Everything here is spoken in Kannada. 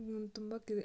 ತುಂಬ ಕೆ